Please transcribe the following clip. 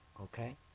Okay